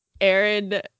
Aaron